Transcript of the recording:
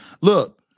Look